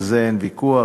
על זה אין ויכוח,